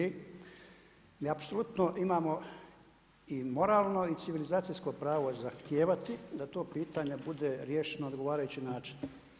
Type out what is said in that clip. I apsolutno imamo i moralno i civilizacijsko pravo zahtijevati da to pitanje bude riješeno na odgovarajući način.